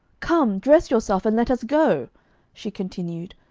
come, dress yourself, and let us go she continued,